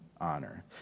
honor